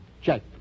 Check